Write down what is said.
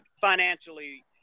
financially